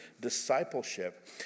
discipleship